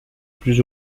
plus